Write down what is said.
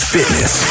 Fitness